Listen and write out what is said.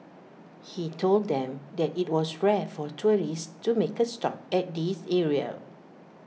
he told them that IT was rare for tourists to make A stop at this area